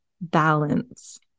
balance